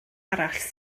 arall